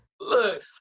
Look